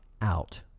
out